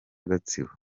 gatsibo